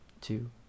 two